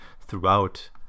throughout